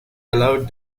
allowed